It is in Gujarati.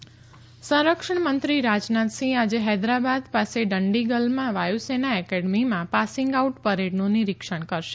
રાજનાથ એરફોર્સ સંરક્ષણ મંત્રી રાજનાથસિંહ આજે હૈદરાબાદ પાસે ડંડીગલમાં વાયુસેના એકેડેમીમાં પાસિંગ આઉટ પરેડનું નિરીક્ષણ કરશે